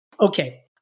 okay